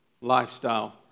lifestyle